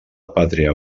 pàtria